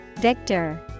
victor